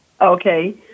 okay